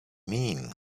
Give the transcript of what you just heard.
mean